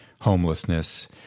homelessness